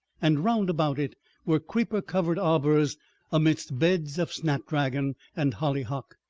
and round about it were creeper-covered arbors amidst beds of snap-dragon, and hollyhock,